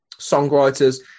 songwriters